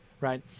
right